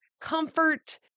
comfort